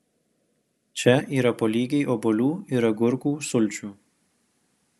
čia yra po lygiai obuolių ir agurkų sulčių